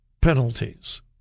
penalties